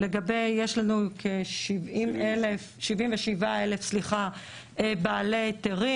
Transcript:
יש לנו כ-77,000 בעלי היתרים.